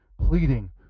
pleading